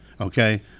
okay